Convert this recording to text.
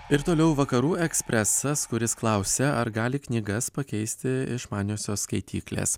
ir toliau vakarų ekspresas kuris klausia ar gali knygas pakeisti išmaniosios skaityklės